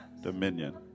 dominion